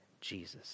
Jesus